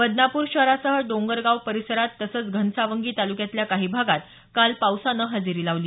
बदनापूर शहरासह डोंगरगाव परिसरात तसंच घनसावंगी तालुक्यातल्या काही भागात पावसानं हजेरी लावली